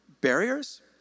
barriers